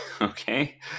okay